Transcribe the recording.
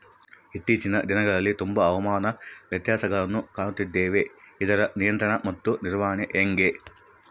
ಇತ್ತೇಚಿನ ದಿನಗಳಲ್ಲಿ ತುಂಬಾ ಹವಾಮಾನ ವ್ಯತ್ಯಾಸಗಳನ್ನು ಕಾಣುತ್ತಿದ್ದೇವೆ ಇದರ ನಿಯಂತ್ರಣ ಮತ್ತು ನಿರ್ವಹಣೆ ಹೆಂಗೆ?